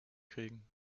kriegen